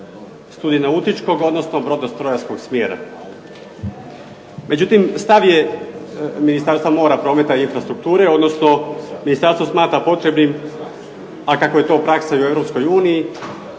studij nautičkog odnosno brodostrojarskog smjera. Međutim, stav je Ministarstva mora, prometa i infrastrukture odnosno ministarstvo smatra potrebnim, a kako je to praksa i u